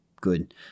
good